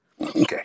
okay